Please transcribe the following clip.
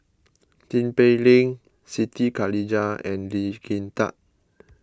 Tin Pei Ling Siti Khalijah and Lee Kin Tat